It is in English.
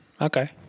Okay